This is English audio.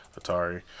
Atari